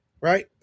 right